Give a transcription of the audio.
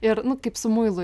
ir kaip su muilu